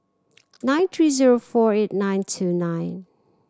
nine three zero four eight nine two nine